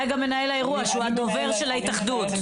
היה גם מנהל האירוע שהוא הדובר של ההתאחדות.